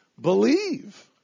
believe